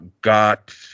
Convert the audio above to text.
got